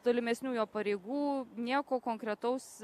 tolimesnių jo pareigų nieko konkretaus